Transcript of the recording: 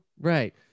Right